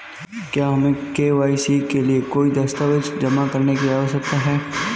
क्या हमें के.वाई.सी के लिए कोई दस्तावेज़ जमा करने की आवश्यकता है?